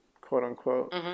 quote-unquote